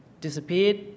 disappeared